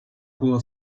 było